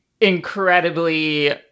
incredibly